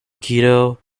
guido